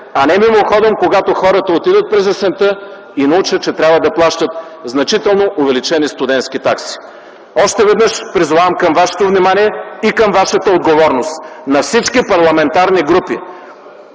а не мимоходом, когато хората отидат през есента и научат, че трябва да плащат значително увеличени студентски такси. Още веднъж призовавам към вашето внимание и вашата отговорност – на всички парламентарни групи.